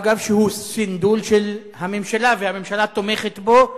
אגב, שהוא סנדול של הממשלה, והממשלה תומכת בו,